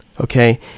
okay